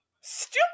Stupid